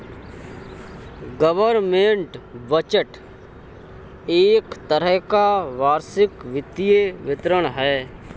government budget एक तरह का वार्षिक वित्तीय विवरण है